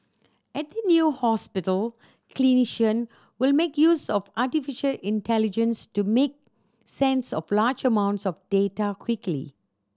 at the new hospital clinicians will make use of artificial intelligence to make sense of large amounts of data quickly